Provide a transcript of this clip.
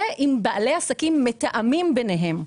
אם בעלי עסקים מתאמים ביניהם,